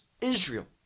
israel